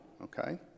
okay